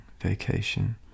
vacation